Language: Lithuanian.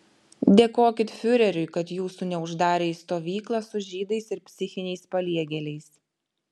dėkokit fiureriui kad jūsų neuždarė į stovyklą su žydais ir psichiniais paliegėliais